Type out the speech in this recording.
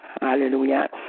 Hallelujah